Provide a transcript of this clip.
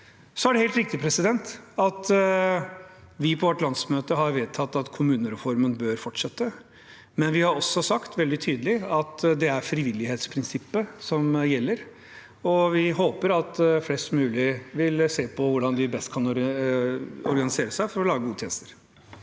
Så er det helt riktig at vi på vårt landsmøte har vedtatt at kommunereformen bør fortsette, men vi har også sagt veldig tydelig at det er frivillighetsprinsippet som gjelder, og vi håper at flest mulig vil se på hvordan de best kan organisere seg for å lage gode tjenester.